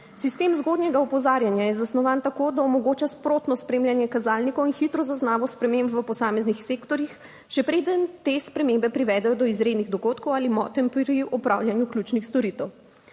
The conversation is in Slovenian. Sistem zgodnjega opozarjanja je zasnovan tako, da omogoča sprotno spremljanje kazalnikov in hitro zaznavo sprememb v posameznih sektorjih, še preden te spremembe privedejo do izrednih dogodkov ali motenj pri opravljanju ključnih storitev.